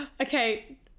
Okay